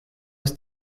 ist